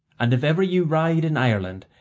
and if ever ye ride in ireland,